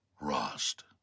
Rost